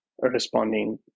responding